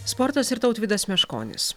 sportas ir tautvydas meškonis